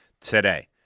today